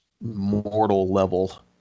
mortal-level